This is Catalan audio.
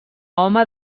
home